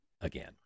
again